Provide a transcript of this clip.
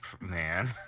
Man